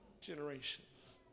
generations